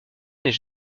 n’est